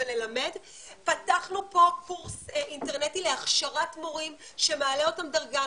וללמד פתחנו פה קורס אינטרנטי להכשרת מורים שמעלה אותם דרגה,